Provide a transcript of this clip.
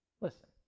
listen